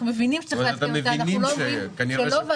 אנחנו מבינים שצריך לעדכן אותה.